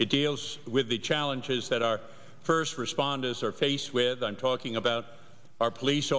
it deals with the challenges that our first responders are faced with i'm talking about our police